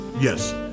Yes